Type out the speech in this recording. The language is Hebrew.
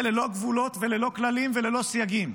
ללא גבולות וללא כללים וללא סייגים,